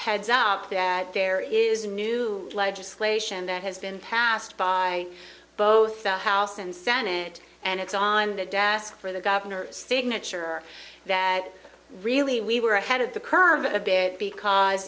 heads up that there is a new legislation that has been passed by both the house and senate and it's on the desk for the governor signature that really we were ahead of the curve in it because